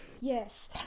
Yes